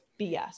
BS